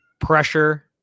pressure